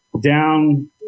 down